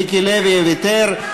מיקי לוי ויתר,